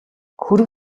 хөрөг